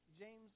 James